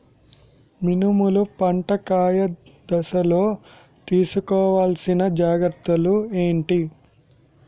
మినుములు పంట కాయ దశలో తిస్కోవాలసిన జాగ్రత్తలు ఏంటి?